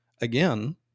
again